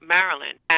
Maryland